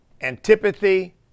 antipathy